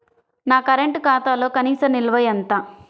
నా కరెంట్ ఖాతాలో కనీస నిల్వ ఎంత?